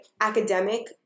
academic